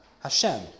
Hashem